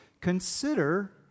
consider